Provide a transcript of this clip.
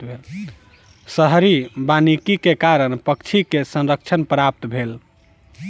शहरी वानिकी के कारण पक्षी के संरक्षण प्राप्त भेल